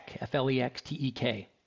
F-L-E-X-T-E-K